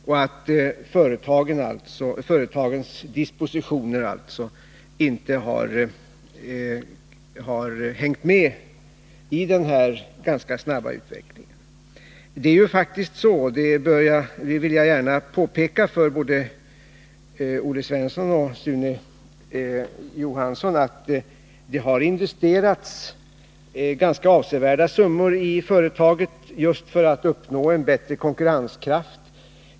Och företagens dispositioner har inte hängt med i denna snabba utveckling. Jag vill gärna påpeka både för Olle Svensson och för Sune Johansson att det har investerats ganska avsevärda summor i företaget just för att nå en bättre konkurrenskraft.